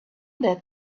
that